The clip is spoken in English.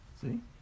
see